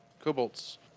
Cobalt's